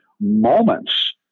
moments